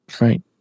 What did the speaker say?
Right